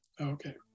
Okay